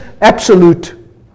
absolute